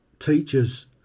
Teachers